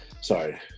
sorry